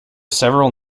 several